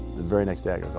the very next day i